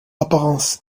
apparence